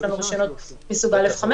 יש כאן רישיונות מסוג א'5,